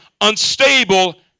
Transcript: unstable